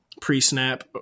pre-snap